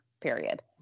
period